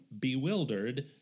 Bewildered